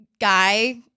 guy